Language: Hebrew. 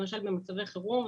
למשל במצבי חירום,